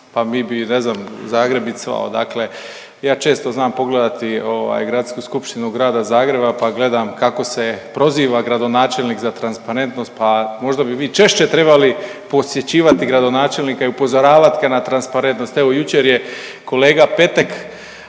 pa mi bi, ne znam Zagreb bi cvao. Dakle, ja često znam pogledati ovaj Gradsku skupštinu Grada Zagreba pa gledam kako se proziva gradonačelnik za transparentnost pa možda bi vi češće trebali posjećivati gradonačelnika i upozoravati ga na transparentnost. Evo jučer je kolega Petek,